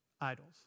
idols